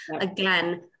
again